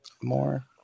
more